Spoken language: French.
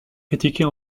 critiquée